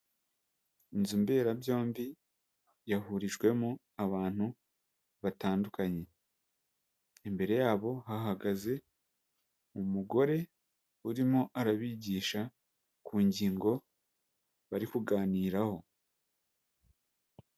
Inzu mberabyombi yahurijwemo abantu batandukanye, imbere yabo hahagaze umugore urimo arabigisha ku ngingo bari kuganiraho.